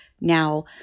now